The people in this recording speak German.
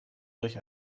durch